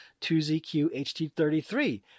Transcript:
2ZQHT33